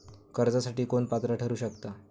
कर्जासाठी कोण पात्र ठरु शकता?